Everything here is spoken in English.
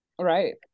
Right